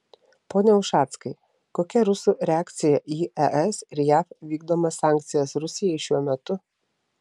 pone ušackai kokia rusų reakcija į es ir jav vykdomas sankcijas rusijai šiuo metu